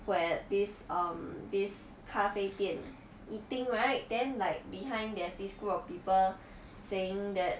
where this um this 咖啡店 eating right then like behind there's this group of people saying that